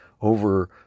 over